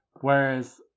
whereas